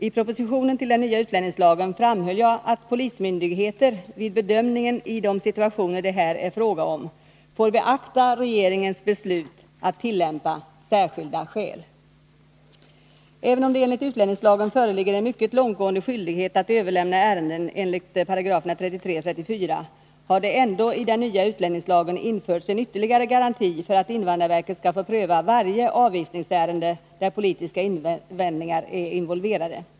I propositionen till den nya utlänningslagen framhöll jag att polismyndigheter vid bedömningen i de situationer det här är fråga om får beakta regeringens beslut att tillämpa ”särskilda skäl”. Även om det enligt utlänningslagen föreligger en mycket långtgående skyldighet att överlämna ärenden enligt 33 och 34 §§, har det ändå i den nya utlänningslagen införts en ytterligare garanti för att invandrarverket skall få pröva varje avvisningsärende där politiska invändningar är involverade.